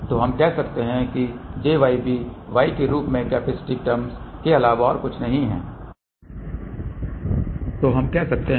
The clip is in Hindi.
तो हम कह सकते हैं कि jyb y के रूप में कैपेसिटिव टर्म के अलावा और कुछ नहीं है